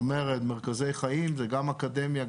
מרכזי חיים זה גם אקדמיה,